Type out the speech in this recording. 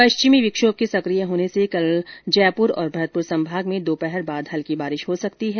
पश्चिमी विक्षोभ के सक्रिय होने से कल जयपुर और भरतपुर संभाग में दोपहर बाद हल्की बारिश हो सकती है